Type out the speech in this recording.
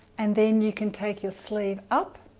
and then you can take your sleeve up